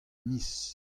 miz